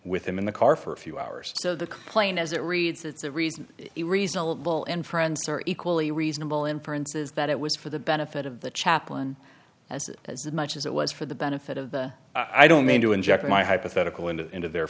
with him in the car for a few hours so the plane as it reads that's the reason it reasonable inference or equally reasonable inference is that it was for the benefit of the chaplain as much as it was for the benefit of the i don't mean to inject my hypothetical into into their